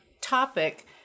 topic